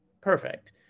perfect